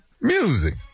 Music